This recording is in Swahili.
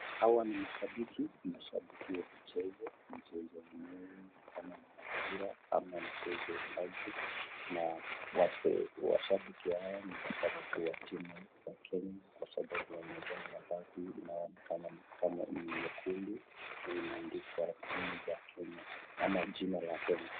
Hawa ni mashabiki. Mashabiki wa mchezo. Mchezo wenyewe ni kama ni wa mpira ama mchezo wa rugby na washabiki hawa ni mashabiki wa timu ya Kenya kwa sababu wamevaa mavazi inayoonekana ni kama ni nyekundu na imeandikwa timu za Kenya ama jina la Kenya.